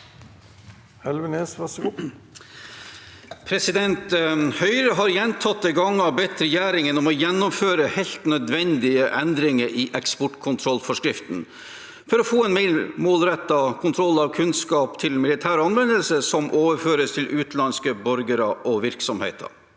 Høyre har gjentatte ganger bedt regjeringen om å gjennomføre helt nødvendige endringer i eksportkontrollforskriften for å få en mer målrettet kontroll av kunnskap til militær anvendelse som overføres til utenlandske borgere og virksomheter.